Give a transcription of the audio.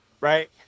right